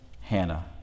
Hannah